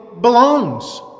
belongs